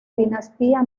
dinastía